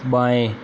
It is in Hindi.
बाएँ